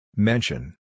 Mention